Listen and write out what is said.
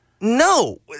no